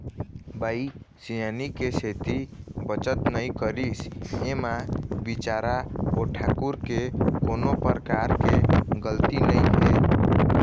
बाई सियानी के सेती बचत नइ करिस ऐमा बिचारा ओ ठाकूर के कोनो परकार के गलती नइ हे